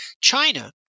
china